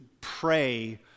pray